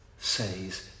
says